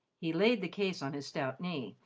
he laid the case on his stout knee,